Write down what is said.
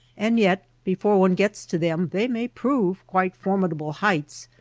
and yet before one gets to them they may prove quite formidable heights,